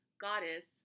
goddess